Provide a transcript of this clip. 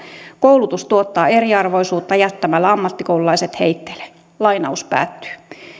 koulutus tuottaa eriarvoisuutta jättämällä ammattikoululaiset heitteille